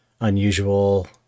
unusual